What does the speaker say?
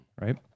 right